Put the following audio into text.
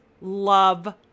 love